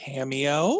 Cameo